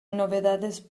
novedades